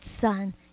son